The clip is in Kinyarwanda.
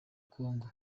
kongo